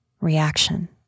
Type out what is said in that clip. reaction